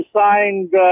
signed